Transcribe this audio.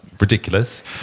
ridiculous